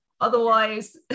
otherwise